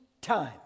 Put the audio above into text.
time